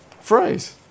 phrase